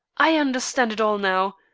i understand it all now.